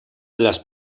las